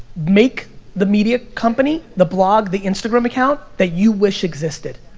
make the media company, the blog, the instagram account that you wish existed.